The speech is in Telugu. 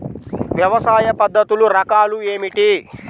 వ్యవసాయ పద్ధతులు రకాలు ఏమిటి?